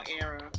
era